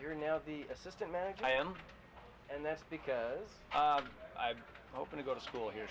you're now the assistant manager i am and that's because i've open to go to school here